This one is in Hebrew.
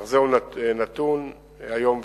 אך זהו נתון איום וטרגי.